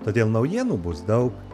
todėl naujienų bus daug